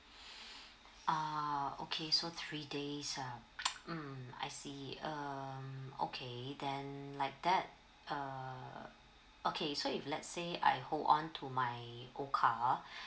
ah okay so three days um mm I see um okay then like that uh okay so if let's say I hold on to my whole car